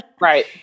Right